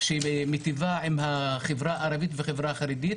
שמיטיבה עם החברה הערבית והחברה החרדית.